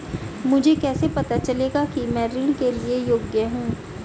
मुझे कैसे पता चलेगा कि मैं ऋण के लिए योग्य हूँ?